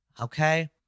Okay